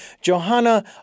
Johanna